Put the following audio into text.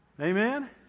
Amen